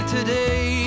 Today